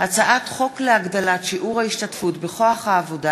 הצעת חוק להגדלת שיעור ההשתתפות בכוח העבודה